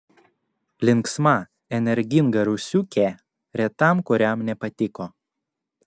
linksma energinga rusiukė retam kuriam nepatiko